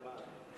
תודה רבה.